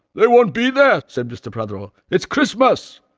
there won't be there said mr. prothero, it's christmas.